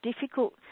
difficult